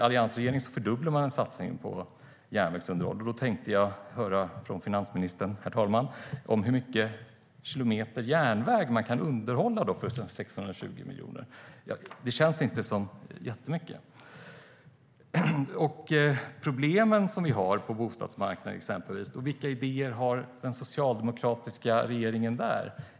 Alliansregeringen fördubblade satsningen på järnvägsunderhållet, och jag tänkte höra med finansministern, herr talman, hur många kilometer järnväg man kan underhålla för 620 miljoner. Inte så jättemånga, känns det som. Vilka idéer har den socialdemokratiska regeringen när det gäller problemen på bostadsmarknaden?